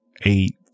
eight